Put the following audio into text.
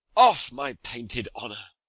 off, my painted honour!